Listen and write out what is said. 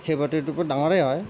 শিৱৰাত্ৰিটো বৰ ডাঙৰে হয়